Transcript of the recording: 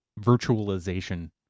virtualization